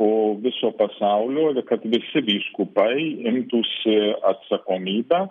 o viso pasaulio ir kad visi vyskupai imtųsi atsakomybę